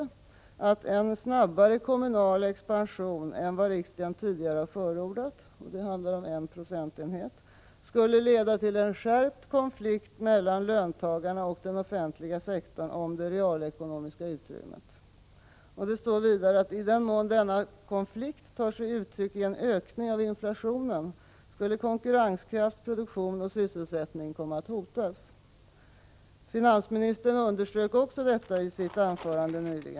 Utskottsmajoriteten säger att en snabbare kommunal expansion än vad riksdagen tidigare förordat — det handlar om en procentenhet — skulle leda till en skärpt konflikt mellan löntagarna och den offentliga sektorn om det realekonomiska utrymmet. Det står vidare att i den mån denna konflikt tar sig uttryck i en ökning av inflationen skulle konkurrenskraft, produktion och sysselsättning komma att hotas. Finansministern underströk också detta i sitt anförande nyss.